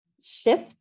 SHIFT